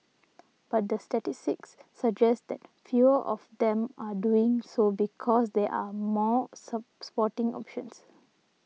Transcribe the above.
but the statistics suggest that fewer of them are doing so because they are more sporting options